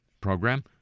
program